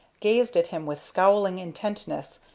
gazed at him with scowling intentness,